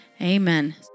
amen